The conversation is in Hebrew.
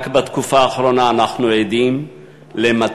רק בתקופה האחרונה אנחנו עדים ל-200